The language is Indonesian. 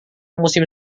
musim